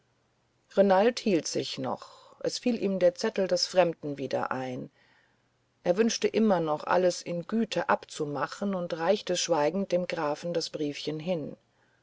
renald hielt sich noch es fiel ihm der zettel des fremden wieder ein er wünschte immer noch alles in güte abzumachen und reichte schweigend dem grafen das briefchen hin